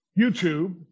YouTube